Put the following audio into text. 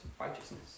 righteousness